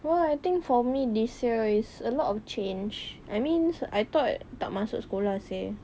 well I think for me this year is a lot of change I mean I thought tak masuk sekolah seh